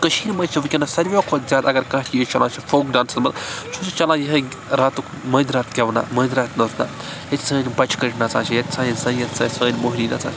کٔشیٖرِ منٛز چھِ وُنکٮ۪ن ساروٕے کھۄتہٕ زیادٕ اَگر کانٛہہ چیٖز چھُ چَلان سُہ چھُ فوک ڈانسَس منٛز چھُ سُہ چَلان یِہے راتُک مٲنزِ رات گیٚونہ مٲنٛزِ رات نَژنا ییٚتہِ سٲنۍ بَچہِ کٔٹۍ نَژان چھِ ییٚتہِ سٲنہِ زَنہِ ییٚتہِ سٲنۍ موہنی نَژان چھِ